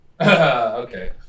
Okay